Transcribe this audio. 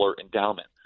endowment